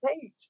page